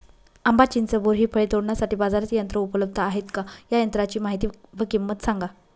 आंबा, चिंच, बोर हि फळे तोडण्यासाठी बाजारात यंत्र उपलब्ध आहेत का? या यंत्रांची माहिती व किंमत सांगा?